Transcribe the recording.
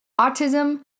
autism